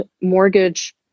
mortgage